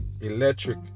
electric